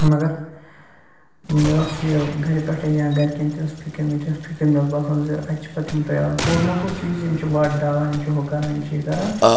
مگر مےٚ اوس یَوٕ گَرِ پٮ۪ٹھَے یا گَرِکٮ۪ن تہِ ٲس فِکِر مےٚ تہِ ٲس فِکِر مےٚ اوس باسان زِ اَتہِ چھِ پَتہٕ یِم ڈرٛیوَر بوٗزمُت یی زِ یِم چھِ وَتھ ڈالان یِم چھِ ہُہ کَرَن یِم چھِ یہِ کَرَن